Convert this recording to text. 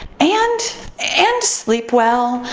and and sleep well,